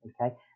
okay